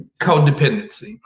codependency